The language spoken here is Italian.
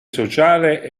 sociale